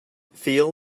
feel